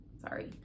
sorry